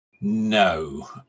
No